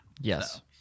Yes